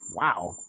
Wow